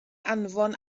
anfon